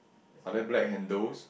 are there black handles